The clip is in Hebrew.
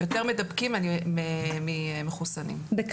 הם יותר מדבקים ממחוסנים, זה בטוח.